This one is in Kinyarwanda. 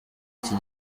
iki